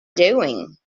doing